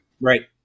right